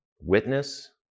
witness